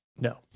No